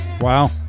wow